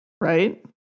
right